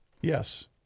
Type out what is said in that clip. Yes